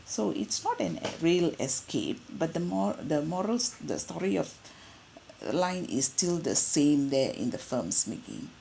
so it's not an real escape but the more the morals the story of line is still the same there in the films making